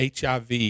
HIV